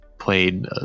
played